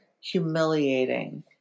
Humiliating